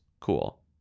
cool